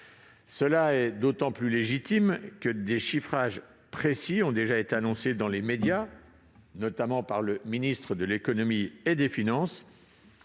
Cela est d'autant plus légitime que des chiffrages précis ont déjà été annoncés dans les médias, notamment par le ministre de l'économie et des finances